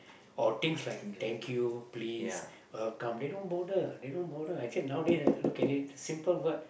or things like thank you please welcome they don't bother they don't bother actually nowadays I look at it simple word